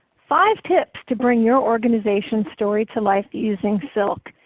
five tips to bring your organization's story to life using silk.